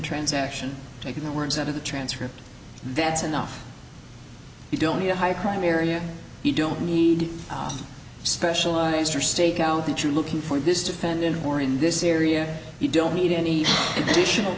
transaction taken the words out of the transcript that's enough you don't need a high crime area you don't need specialized for stakeout that you're looking for this defendant or in this area you don't need any